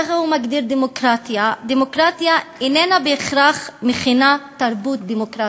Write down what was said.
ככה הוא מגדיר דמוקרטיה: דמוקרטיה איננה מכילה בהכרח תרבות דמוקרטית,